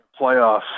playoffs